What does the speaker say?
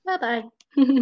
Bye-bye